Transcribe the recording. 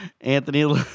Anthony